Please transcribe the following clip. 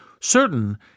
certain